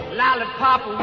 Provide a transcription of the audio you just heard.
lollipop